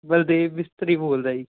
ਬਲਦੇਵ ਮਿਸਤਰੀ ਬੋਲਦਾ ਜੀ